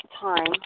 time